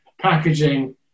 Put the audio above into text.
packaging